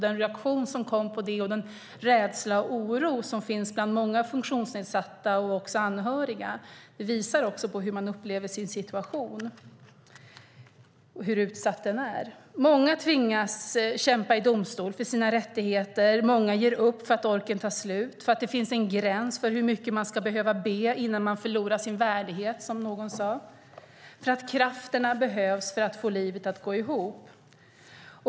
Den reaktion som kom på det och den rädsla och oro som finns bland många funktionsnedsatta och också anhöriga visar hur man upplever sin situation och hur utsatt den är. Många tvingas kämpa i domstol för sina rättigheter. Många ger upp därför att orken tar slut, därför att det finns en gräns för hur mycket man ska behöva be innan man förlorar sin värdighet, som någon sagt, och därför att krafterna behövs för att få livet att gå ihop.